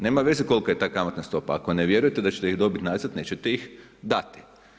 Nema veze kolika je ta kamatna stopa, ako ne vjerujete da ćete ih dobiti nazad nećete ih dati.